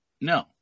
no